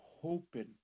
hoping